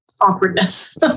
awkwardness